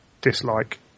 dislike